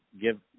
give